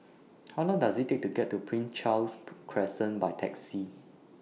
How Long Does IT Take to get to Prince Charles Crescent By Taxi